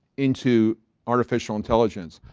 into artificial intelligence,